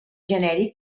genèric